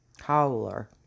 Howler